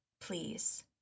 please